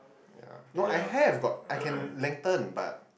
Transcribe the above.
ya no I have got I can lengthen but